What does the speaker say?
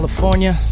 California